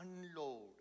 unload